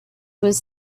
was